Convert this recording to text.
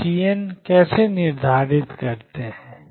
हम सीएन कैसे निर्धारित करते हैं